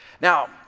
Now